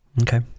Okay